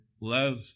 love